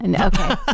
Okay